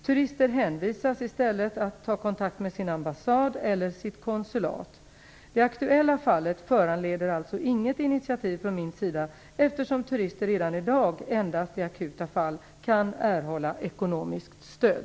Turister hänvisas i stället att ta kontakt med sin ambassad eller sitt konsulat. Det aktuella fallet föranleder alltså inget initiativ från min sida, eftersom turister redan i dag endast i akuta fall kan erhålla ekonomiskt stöd.